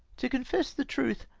to confess the truth,